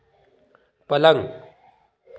पलंग